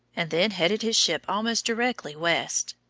and then headed his ship almost directly west.